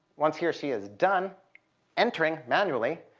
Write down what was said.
once he or she is done entering, manually,